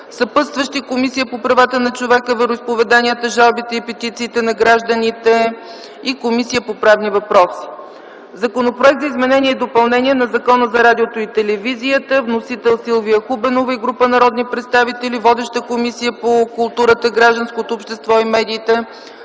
Съпътстващи – Комисията по правата на човека, вероизповеданията, жалбите и петициите на гражданите и Комисията по правни въпроси. Законопроект за изменение и допълнение на Закона за радиото и телевизията. Вносители – Силвия Хубенова и група народни представители. Водеща – Комисията по културата, гражданското общество и медиите.